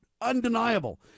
undeniable